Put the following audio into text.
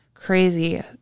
Crazy